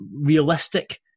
realistic